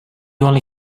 only